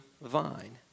vine